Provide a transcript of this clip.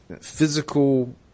physical